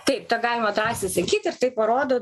taip tą galima drąsiai sakyt ir tai parodo